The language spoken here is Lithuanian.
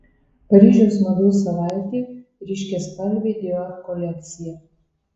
paryžiaus mados savaitė ryškiaspalvė dior kolekcija